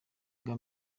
bwa